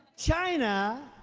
china.